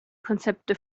konzepte